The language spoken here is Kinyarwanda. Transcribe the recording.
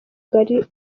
gallican